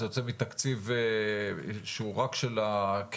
זה יוצא מתקציב שהוא רק של הקרן?